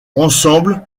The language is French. ensemble